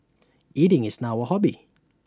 eating is now A hobby